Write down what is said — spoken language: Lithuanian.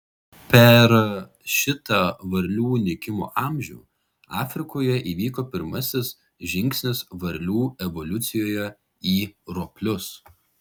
per šitą varlių nykimo amžių afrikoje įvyko pirmasis žingsnis varlių evoliucijoje į roplius